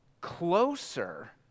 closer